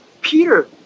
Peter